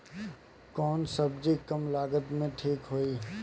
कौन सबजी कम लागत मे ठिक होई?